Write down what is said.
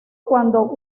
cuando